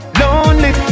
lonely